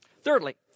Thirdly